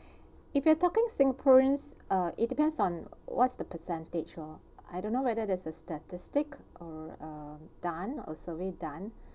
if you are talking singaporeans uh it depends on what's the percentage lah I don't know whether there is a statistic uh done a survey done